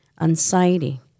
anxiety